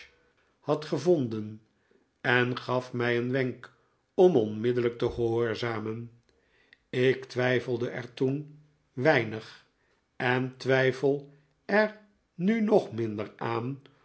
had gevonden en gaf mij een wenk om onmiddellijk te gehoorzamen ik twijfelde er toen weinig en twijfel er nu nog minder aan